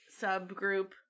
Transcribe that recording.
subgroup